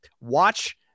watch